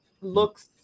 looks